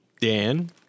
Dan